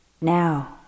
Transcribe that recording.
now